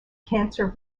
cancer